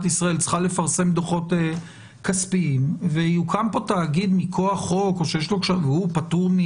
ישראל צריכה לפרסם דוחות כספיים ויוקם כאן תאגיד מכוח חוק והוא פטור.